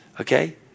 okay